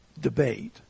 debate